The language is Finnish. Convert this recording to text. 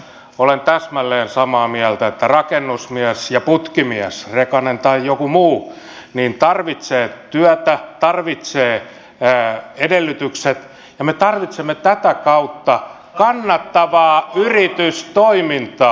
olen täsmälleen samaa mieltä että rakennusmies ja putkimies rekanen tai joku muu tarvitsee työtä tarvitsee edellytykset ja me tarvitsemme tätä kautta kannattavaa yritystoimintaa